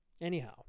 Anyhow